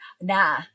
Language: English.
Nah